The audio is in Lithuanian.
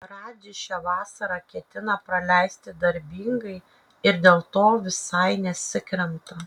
radži šią vasarą ketina praleisti darbingai ir dėl to visai nesikremta